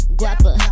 guapa